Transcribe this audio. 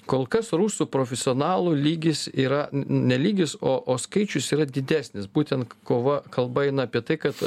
kol kas rusų profesionalų lygis yra ne lygis o o skaičius yra didesnis būtent kova kalba eina apie tai kad